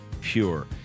pure